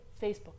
Facebook